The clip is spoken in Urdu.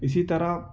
اسی طرح